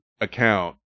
account